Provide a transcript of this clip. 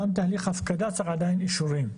גם תהליך הפקדה צריך עדיין אישורים.